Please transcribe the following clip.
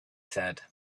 said